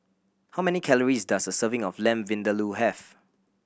how many calories does a serving of Lamb Vindaloo have